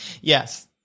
Yes